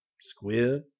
Squid